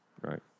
Right